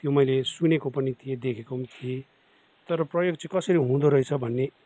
त्यो मैले सुनेको पनि थिँए देखेको पनि थिएँ तर प्रयोग चाहिँ कसरी हुँदोरहेछ भन्ने